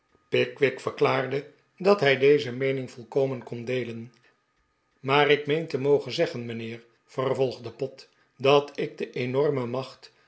pickwick verklaarde dat hij deze meening volkomen kon deelen maar ik meen te mogen zeggen mijnheer vervolgde pott dat ik de enorme macht